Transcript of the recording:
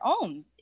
own